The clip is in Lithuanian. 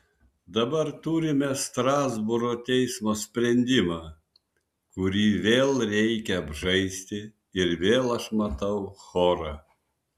dabar turime strasbūro teismo sprendimą kurį vėl reikia apžaisti ir vėl aš matau chorą